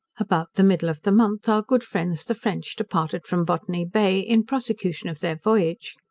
about the middle of the month our good friends the french departed from botany bay, in prosecution of their voyage.